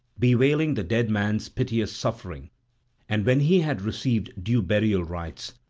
bewailing the dead man's piteous suffering and when he had received due burial rites,